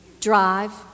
drive